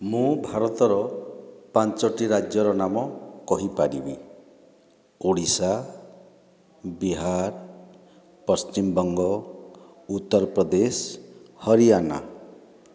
ମୁଁ ଭାରତର ପାଞ୍ଚଟି ରାଜ୍ୟର ନାମ କହିପାରିବି ଓଡ଼ିଶା ବିହାର ପଶ୍ଚିମବଙ୍ଗ ଉତ୍ତରପ୍ରଦେଶ ହରିୟାଣା